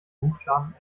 buchstaben